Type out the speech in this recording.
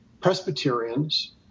Presbyterians